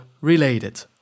related